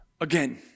again